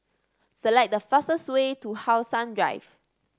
select the fastest way to How Sun Drive